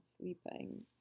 sleeping